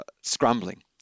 scrambling